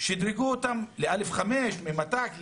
שדרגו אותם ממת"ק ל-א5,